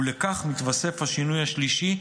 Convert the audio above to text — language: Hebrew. ולכך מתווסף השינוי השלישי,